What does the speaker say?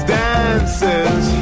dances